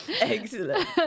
Excellent